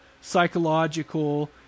psychological